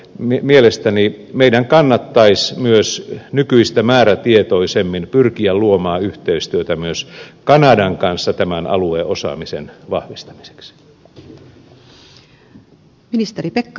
mielestäni meidän kannattaisi nykyistä määrätietoisemmin pyrkiä luomaan yhteistyötä myös kanadan kanssa tämän alueen osaamisen vahvistamiseksi